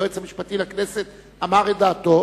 היועץ המשפטי לכנסת אמר את דעתו,